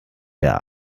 der